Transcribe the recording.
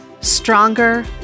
stronger